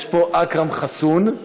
יש פה אכרם חסוּן,